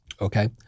Okay